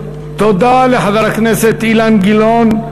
תודה לחבר הכנסת אילן גילאון.